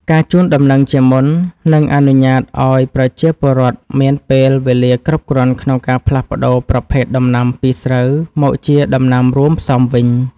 ការជូនដំណឹងជាមុននឹងអនុញ្ញាតឱ្យប្រជាពលរដ្ឋមានពេលវេលាគ្រប់គ្រាន់ក្នុងការផ្លាស់ប្តូរប្រភេទដំណាំពីស្រូវមកជាដំណាំរួមផ្សំវិញ។